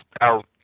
out